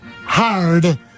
hard